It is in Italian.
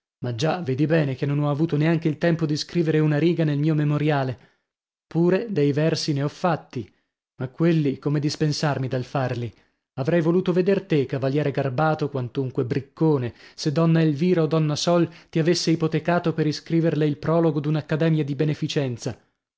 ma già vedi bene che non ho avuto neanche il tempo di scrivere una riga nel mio memoriale pure dei versi ne ho fatti ma quelli come dispensarmi dal farli avrei voluto veder te cavaliere garbato quantunque briccone se donna elvira o donna sol ti avesse ipotecato per iscriverle il prologo d'una accademia di beneficenza